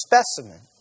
specimen